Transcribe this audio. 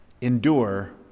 endure